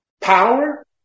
power